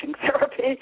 therapy